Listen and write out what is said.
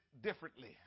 differently